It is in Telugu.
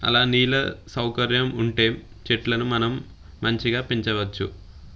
అలా నీళ్ళ సౌకర్యం ఉంటే చెట్లను మనం మంచిగా పెంచవచ్చు